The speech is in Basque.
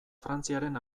frantziaren